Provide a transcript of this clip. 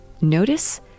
notice